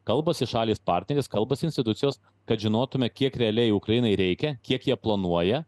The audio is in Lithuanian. kalbasi šalys partnerės kalbasi institucijos kad žinotume kiek realiai ukrainai reikia kiek jie planuoja